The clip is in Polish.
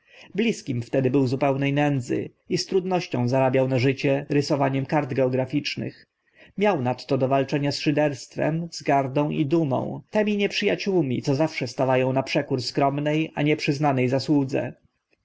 bliskim wtedy był zupełne nędzy i z trudnością zarabiał na życie rysowaniem kart geograficznych miał nadto do walczenia z szyderstwem wzgardą i dumą tymi nieprzy aciółmi co zawsze stawa ą na przekór skromne a nie przyznane zasłudze